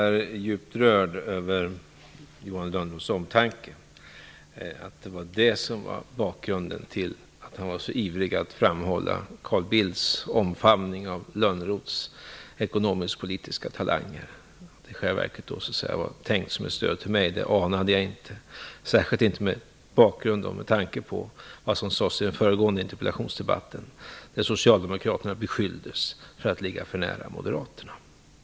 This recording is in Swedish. Herr talman! Jag är djupt rörd över Johan Lönnroths omtanke. Att bakgrunden till att han var så angelägen att framhålla Carl Bildts omfamning av Lönnroths ekonomisk-politiska talanger var tänkt som ett stöd till mig, det anade jag inte, särskilt inte med tanke på vad som sades i den föregående interpellationsdebatten, där socialdemokraterna beskylldes för att ligga för nära moderaterna.